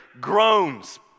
groans